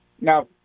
now